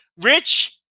Rich